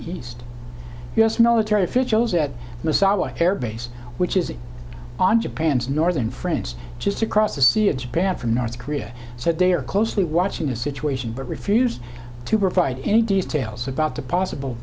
east u s military officials at misawa air base which is on japan's northern friends just across the sea of japan from north korea said they are closely watching the situation but refuse to provide any details about the possible